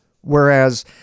whereas